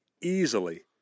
easily